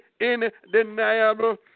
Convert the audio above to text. indeniable